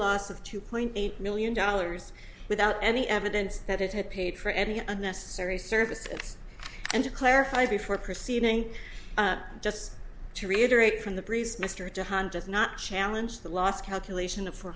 loss of two point eight million dollars without any evidence that it had paid for any unnecessary services and to clarify before proceeding just to reiterate from the brief mr john does not challenge the loss calculation of four